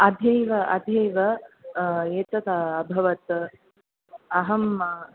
अद्यैव अद्यैव एतत् अभवत् अहं